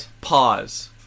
Pause